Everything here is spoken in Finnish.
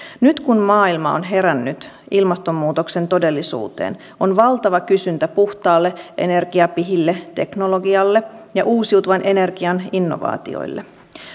nyt kun maailma on herännyt ilmastonmuutoksen todellisuuteen on valtava kysyntä puhtaalle energiapihille teknologialle ja uusiutuvan energian innovaatioille